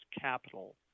capital